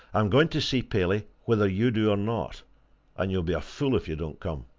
i'm going to see paley whether you do or not and you'll be a fool if you don't come.